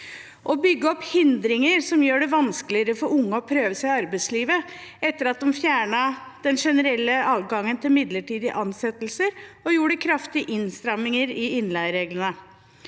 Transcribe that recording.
å bygge opp hindringer som gjør det vanskeligere for unge å prøve seg i arbeidslivet etter at de fjernet den generelle adgangen til midlertidige ansettelser og gjorde kraftige innstramninger i innleiereglene